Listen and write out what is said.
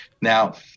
Now